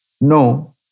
No